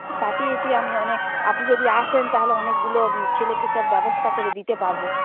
পাঠিয়েছি আমি অনেক আপনি যদি আসেন তাহলে অনেকগুলো ছেলেকে সব ব্যবস্থা করে দিতে পারব